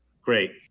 great